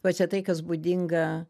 va čia tai kas būdinga